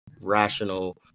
rational